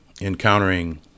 Encountering